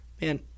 Man